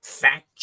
fact